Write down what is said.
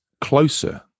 closer